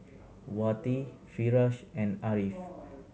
Wati Firash and Ariff